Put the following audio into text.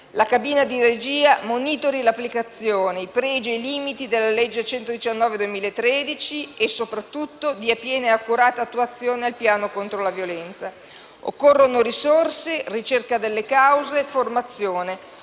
la cabina di regia monitori l'applicazione, i pregi e i limiti della legge n. 119 del 2013, e soprattutto dia piena e accurata attuazione al piano contro la violenza. Occorrono risorse, ricerca delle cause, formazione.